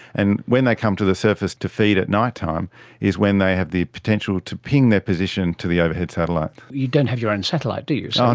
and when they come to the surface to feed at night time is when they have the potential to ping their position to the overhead satellites. you don't have your own satellite, do you? no. um